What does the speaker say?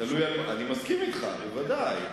אני מסכים אתך, בוודאי.